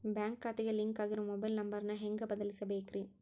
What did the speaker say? Bank ಖಾತೆಗೆ link ಆಗಿರೋ mobile number ನ ಹೆಂಗ್ ಬದಲಿಸಬೇಕ್ರಿ?